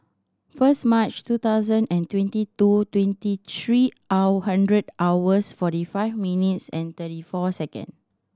first March two thousand and twenty two twenty three hour hundred hours forty five minutes and thirty four second